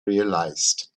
realized